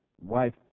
wife